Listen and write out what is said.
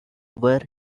where